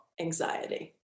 anxiety